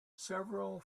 several